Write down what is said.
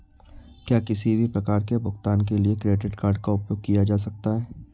क्या किसी भी प्रकार के भुगतान के लिए क्रेडिट कार्ड का उपयोग किया जा सकता है?